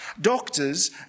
Doctors